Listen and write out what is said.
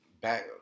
back